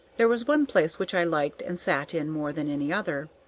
there was one place which i liked and sat in more than any other.